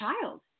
child